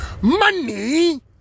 Money